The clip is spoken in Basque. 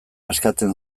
eskatzen